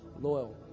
loyal